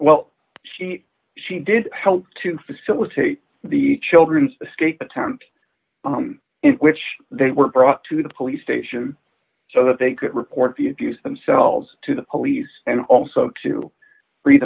well she she did help to facilitate the children's escape attempt in which they were brought to the police station so that they could report the abuse themselves to the police and also to free the